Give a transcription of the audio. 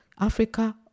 Africa